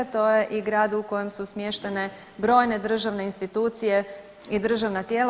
To je i grad u kojem su smještene brojne državne institucije i državna tijela.